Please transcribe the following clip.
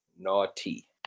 Naughty